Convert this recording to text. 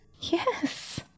Yes